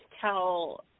tell